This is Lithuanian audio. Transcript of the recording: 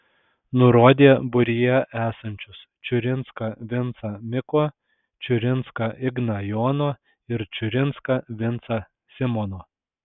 nurodė būryje esančius čiurinską vincą miko čiurinską igną jono ir čiurinską vincą simono